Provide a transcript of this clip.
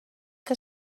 que